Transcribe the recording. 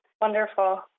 wonderful